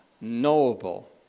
knowable